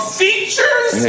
features